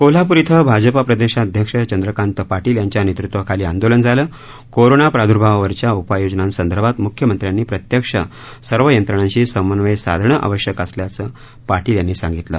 कोल्हापूर इथं भाजपा प्रदेशाध्यक्ष चंद्रकांत पाटील यांच्या नेतृत्वाखाली आंदोलन झालं कोरोना प्रादर्भावावरच्या उपाययोजनांसंदर्भात मुख्यमंत्र्यांनी प्रत्यक्ष सर्व यंत्रणांशी समन्वय साधणं आवश्यक असल्याचं पाटील यांनी सांगितलं